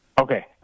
Okay